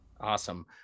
Awesome